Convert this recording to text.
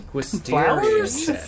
Flowers